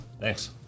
Thanks